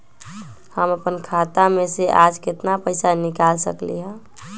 हम अपन खाता में से आज केतना पैसा निकाल सकलि ह?